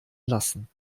lassen